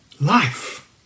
life